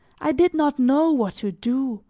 i did not know what to do,